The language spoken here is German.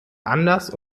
anders